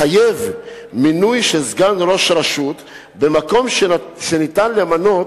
לחייב מינוי של סגן ראש הרשות במקום שבו אפשר למנות